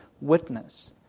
witness